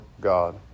God